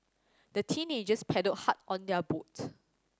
the teenagers paddled hard on their boat